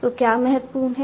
तो क्या महत्वपूर्ण है